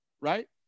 right